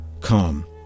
come